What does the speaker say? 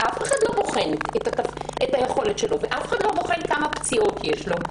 ואף אחד לא בוחן את היכולת שלו ואף אחד לא בוחן כמה פציעות יש לו.